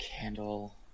Candle